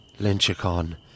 Lynchicon